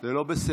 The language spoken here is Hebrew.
זה לא בסדר.